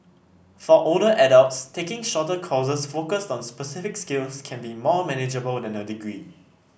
for older adults taking shorter courses focused on specific skills can be more manageable than a degree